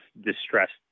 distressed